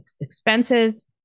expenses